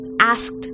asked